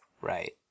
right